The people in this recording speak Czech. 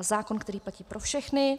zákon, který platí pro všechny.